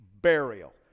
burial